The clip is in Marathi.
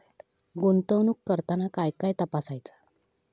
गुंतवणूक करताना काय काय तपासायच?